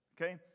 Okay